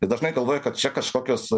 ir dažnai galvoja kad čia kažkokios